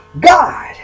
God